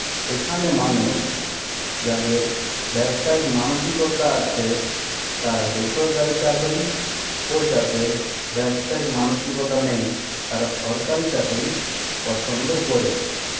এখানে মানুষ যাদের ব্যবসায়িক মানসিকতা আছে তারা বেসরকারি চাকরি ও যাদের ব্যবসায়িক মানসিকতা নেই তারা সরকারি চাকরি পছন্দ করে